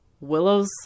Willow's